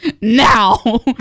now